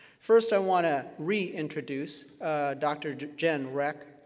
first i want to reintroduce dr. jen reck.